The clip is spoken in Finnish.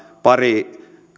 pari